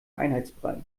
einheitsbrei